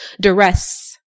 duress